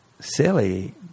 silly